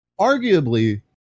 arguably